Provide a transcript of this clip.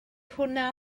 hwnna